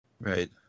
Right